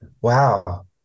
Wow